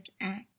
act